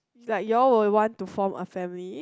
like you all will want to form a family